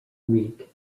weak